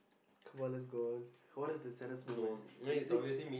come on let's go on what is the saddest moment is it